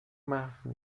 محو